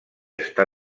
està